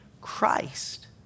Christ